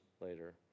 later